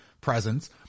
presence